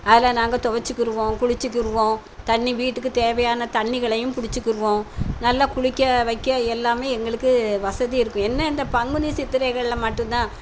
அதில் நாங்கள் துவச்சிக்கிருவோம் குளிச்சிக்கிடுவோம் தண்ணி வீட்டுக்குத் தேவையான தண்ணிகளையும் பிடிச்சிக்கிருவோம் நல்லா குளிக்க வைக்க எல்லாமே எங்களுக்கு வசதி இருக்குது என்ன இந்த பங்குனி சித்திரைகளில் மட்டும்தான்